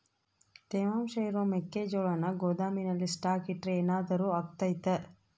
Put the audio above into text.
ತೇವಾಂಶ ಇರೋ ಮೆಕ್ಕೆಜೋಳನ ಗೋದಾಮಿನಲ್ಲಿ ಸ್ಟಾಕ್ ಇಟ್ರೆ ಏನಾದರೂ ಅಗ್ತೈತ?